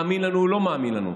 מאמין לנו או לא מאמין לנו,